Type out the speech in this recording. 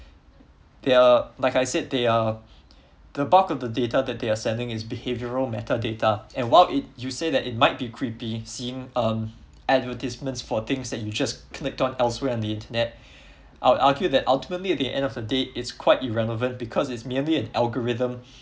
they're like I said they are the bulk of the data that they are sending are behavioral meta data and while it you say it might be creepy seem um advertisement for things that you just click elsewhere on the internet I'll argue that ultimately at the end of the day is quite irrelevant because it's merely an algorithm